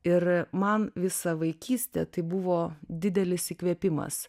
ir man visą vaikystę tai buvo didelis įkvėpimas